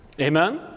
amen